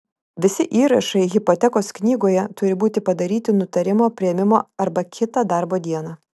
visi įrašai hipotekos knygoje turi būti padaryti nutarimo priėmimo arba kitą darbo dieną